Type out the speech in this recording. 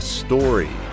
story